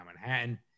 Manhattan